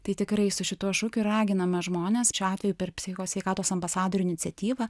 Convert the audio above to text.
tai tikrai su šituo šukiu raginame žmones šiuo atveju per psichikos sveikatos ambasadorių iniciatyvą